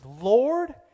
Lord